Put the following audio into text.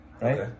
right